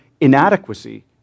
inadequacy